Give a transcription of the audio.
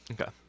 Okay